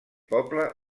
poble